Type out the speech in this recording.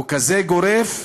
הוא כזה גורף,